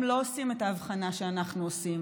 הם לא עושים את ההבחנה שאנחנו עושים